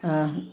हा